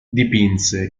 dipinse